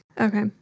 Okay